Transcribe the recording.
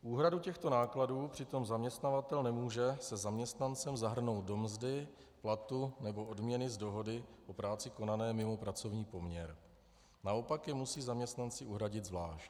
Úhradu těchto nákladů přitom zaměstnavatel nemůže se zaměstnancem zahrnout do mzdy, platu nebo odměny z dohody o práci konané mimo pracovní poměr, naopak je musí zaměstnanci uhradit zvlášť.